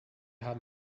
haben